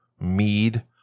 mead